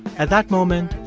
at that moment,